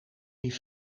die